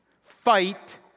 fight